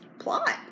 plot